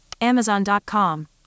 Amazon.com